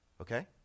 Okay